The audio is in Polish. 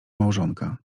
małżonka